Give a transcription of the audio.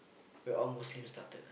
where all Muslims started ah